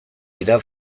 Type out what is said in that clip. dira